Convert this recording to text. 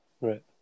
Right